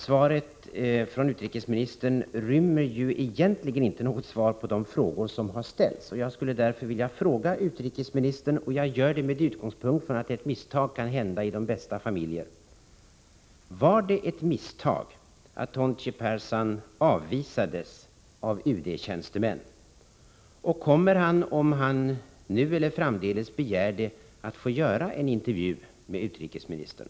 Svaret från utrikesministern rymmer egentligen inte något svar på de frågor som har ställts. Jag skulle därför vilja fråga utrikesministern — och jag gör det med utgångspunkt i att ett misstag kan hända i de bästa familjer: Var det ett misstag att Tonchi Percan avvisades av UD:s tjänstemän? Kommer han — om han nu eller framdeles begär det — att få göra en intervju med utrikesministern?